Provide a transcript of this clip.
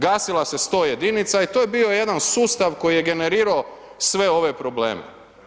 Gasila se 101-ica i to je bio jedan sustav koji je generirao sve ove probleme.